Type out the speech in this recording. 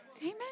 Amen